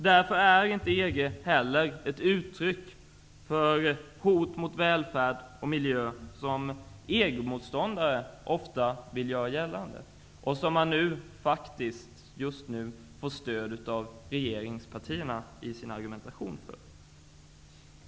Därför är EG inte heller ett uttryck för hot mot välfärd och miljö, vilket EG-motståndare ofta vill göra gällande och som de faktiskt just nu i sin argumentation får stöd för av regeringspartierna.